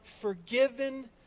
forgiven